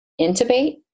intubate